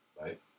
Right